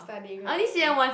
studying lah